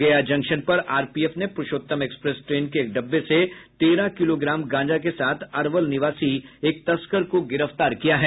गया जंक्शन पर आरपीएफ ने पुरूषोत्तम एक्सप्रेस ट्रेन के एक डिब्बे से तेरह किलोग्राम गांजा के साथ अरवल निवासी एक तस्कर को गिरफ्तार किया है